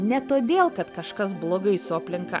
ne todėl kad kažkas blogai su aplinka